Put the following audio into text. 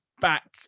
back